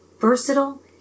versatile